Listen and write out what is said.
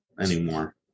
anymore